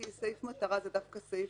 כי סעיף מטרה הוא דווקא סעיף